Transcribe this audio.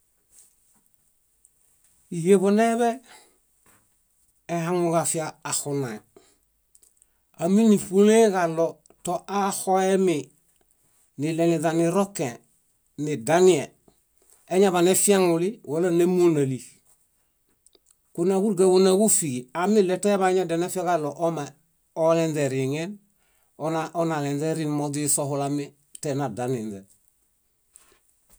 Híeḃo neḃe ehaŋuġafia axunae. áminiṗulẽe kaɭo toaxoemi niɭeniźanirokẽe, nidanie, eñaḃanefiaŋuli wala némunali. Kunaġuriga kunaġufiġu amiɭetoeḃaeñadianefiaġaɭo omeolenźeriiŋe, onalenźerin moźisohulami tenadaninźe.